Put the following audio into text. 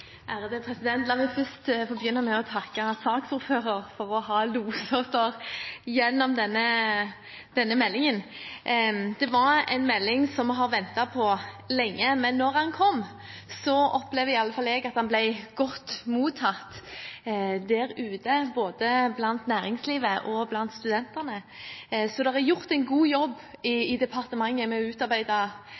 La meg først få begynne med å takke saksordføreren for å ha lost oss gjennom denne meldingen. Det var en melding vi har ventet på lenge, men da den kom, opplevde iallfall jeg at den ble godt mottatt der ute, både i næringslivet og blant studentene. Så det er gjort en god jobb i departementet med å utarbeide